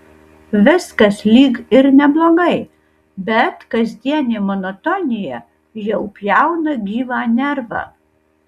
viskas lyg ir neblogai bet kasdienė monotonija jau pjauna gyvą nervą